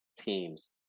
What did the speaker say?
teams